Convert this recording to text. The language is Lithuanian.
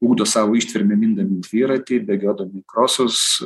ugdo savo ištvermę mindami dviratį bėgiodami krosus